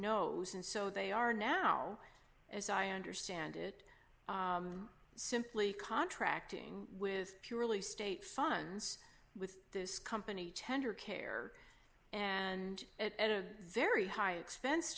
nose and so they are now as i understand it simply contracting with purely state funds with this company tender care and at a very high expense